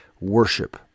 worship